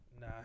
Nah